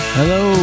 Hello